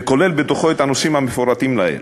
והוא כולל את הנושאים המפורטים לעיל.